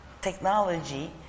technology